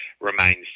remains